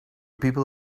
people